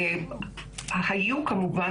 היו כמובן